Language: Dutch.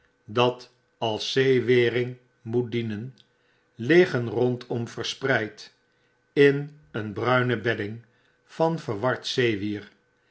dat als zeewering moet dienen liggen rondom verspreid in een bruine bedding van verward zeewier